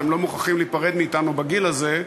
אתם לא מוכרחים להיפרד מאתנו בגיל הזה: